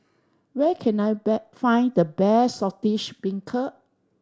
where can I find the best Saltish Beancurd